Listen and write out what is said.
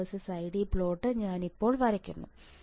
VGS versus ID plot ഞാൻ ഇപ്പോൾ വരയ്ക്കുന്നു